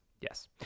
yes